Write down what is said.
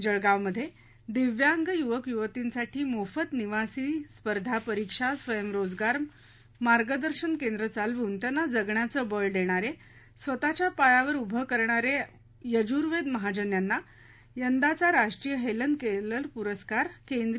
जळगावमध्ये दिव्यांग युवक युवतींसाठी मोफत निवासी स्पर्धा परीक्षा स्वयंरोजगार मार्गदर्शन केंद्र चालवून त्यांना जगण्याचे बळ देणारे स्वतःच्या पायावर उभे करणारे यजुवेंद्र महाजन यांना यंदाचा राष्ट्रीय हेलन केअर हा पुरस्कार केंद्रीय राज्यमंत्री डॉ